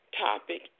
topic